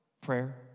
prayer